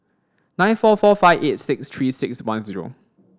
nine four four five eight six three six one zero